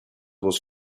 was